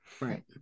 Right